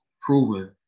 proven